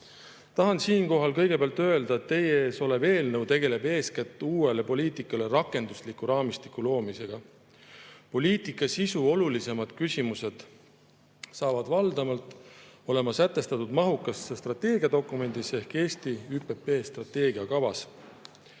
ehk ÜPP‑d.Tahan kõigepealt öelda, et teie ees olev eelnõu tegeleb eeskätt uuele poliitikale rakendusliku raamistiku loomisega. Poliitika sisu olulisemad küsimused saavad valdavalt olema sätestatud mahukas strateegiadokumendis ehk Eesti ÜPP strateegiakavas.